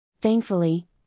Thankfully